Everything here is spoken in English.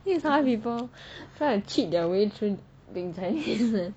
this is how people try to cheat their way through being chinese